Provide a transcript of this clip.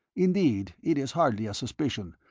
indeed it is hardly a suspicion,